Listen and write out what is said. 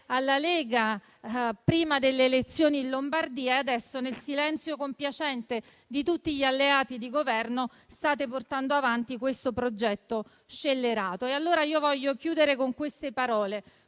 alla Lega prima delle elezioni in Lombardia e adesso, nel silenzio compiacente di tutti gli alleati di Governo, state portando avanti questo progetto scellerato. Vorrei allora concludere